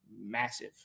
massive